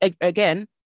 again